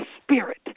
spirit